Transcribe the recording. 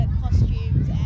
costumes